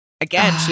again